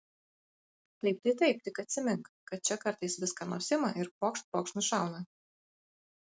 taip tai taip tik atsimink kad čia kartais vis ką nors ima ir pokšt pokšt nušauna